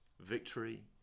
Victory